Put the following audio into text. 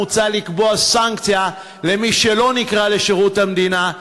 מוצע לקבוע סנקציה לפיה מי שלא נקרא לשירות המדינה,